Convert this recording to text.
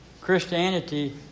Christianity